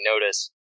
notice